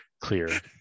clear